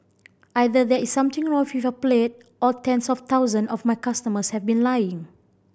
either there is something wrong with your palate or tens of thousand of my customers have been lying